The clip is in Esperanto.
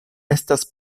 estas